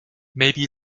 maybe